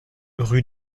rue